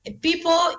People